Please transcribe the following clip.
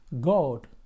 God